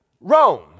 Rome